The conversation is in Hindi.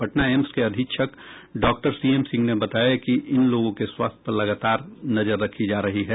पटना एम्स के अधीक्षक डॉक्टर सीएमसिंह ने बताया कि इन लोगों के स्वास्थ्य पर लगातार नजर रखी जा रही है